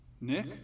Nick